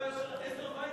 בגלל היושר,